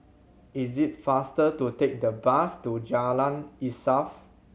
is it faster to take the bus to Jalan Insaf